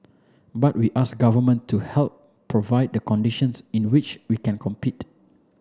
but we ask government to help provide the conditions in which we can compete